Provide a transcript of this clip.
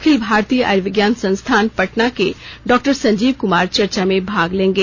अखिल भारतीय आयुर्विज्ञान संस्थान पटना के डॉक्टर संजीव कुमार चर्चा में भाग लेंगे